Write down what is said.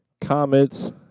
comets